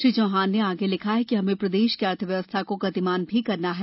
श्री चौहान ने आगे लिखा है कि हमें प्रदेश की अर्थव्यवस्था को गतिमान भी करना है